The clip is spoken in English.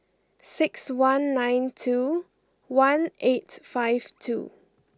six one nine two one eight five two